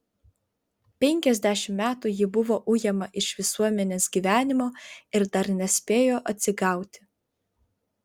penkiasdešimt metų ji buvo ujama iš visuomenės gyvenimo ir dar nespėjo atsigauti